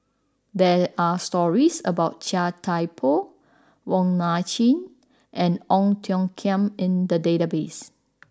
there are stories about Chia Thye Poh Wong Nai Chin and Ong Tiong Khiam in the database